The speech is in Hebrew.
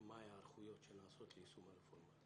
מה ההיערכויות שנעשות ליישום הרפורמה.